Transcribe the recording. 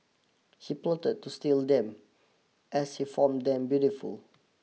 he plotted to steal them as he fond them beautiful